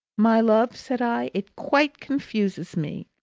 my love, said i, it quite confuses me.